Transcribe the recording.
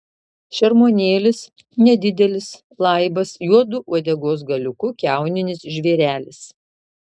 šermuonėlis nedidelis laibas juodu uodegos galiuku kiauninis žvėrelis